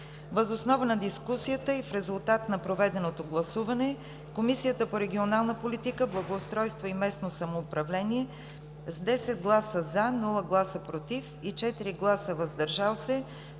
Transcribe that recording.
Въз основа на дискусията и в резултат на проведеното гласуване Комисията по регионална политика, благоустройство и местно самоуправление с 10 гласа „за“, 0 гласа „против“ и 4 гласа „въздържали се“